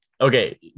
Okay